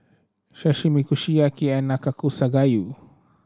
Sashimi Kushiyaki and Nanakusa Gayu